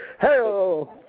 Hello